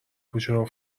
کوچه